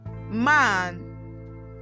man